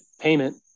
payment